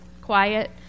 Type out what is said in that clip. Quiet